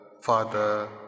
Father